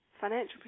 financial